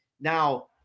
Now